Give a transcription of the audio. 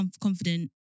confident